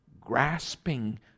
grasping